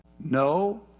No